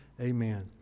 Amen